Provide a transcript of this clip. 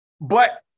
But-